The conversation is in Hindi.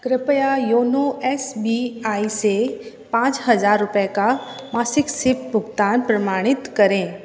कृपया योनो एस बी आई से पाँच हज़ार रुपये का मासिक सिप भुगतान प्रमाणित करें